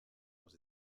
aux